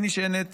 היא נשענת